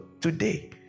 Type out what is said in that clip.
today